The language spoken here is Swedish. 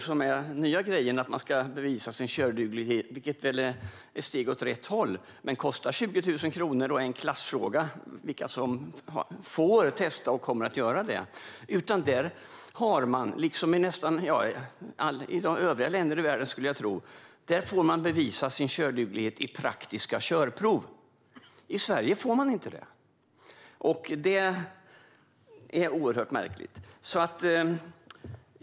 Den nya grejen är att man ska bevisa sin körduglighet, vilket väl är ett steg åt rätt håll. Men det kostar 20 000 kronor. Det är en klassfråga vilka som får testa och kommer att göra det. I Norge får man, liksom i övriga länder i världen skulle jag tro, bevisa sin körduglighet i praktiska körprov. I Sverige får man inte det. Det är oerhört märkligt.